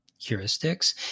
heuristics